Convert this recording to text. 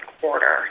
quarter